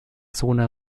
zone